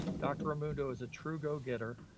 dr. raimundo is a true go-getter,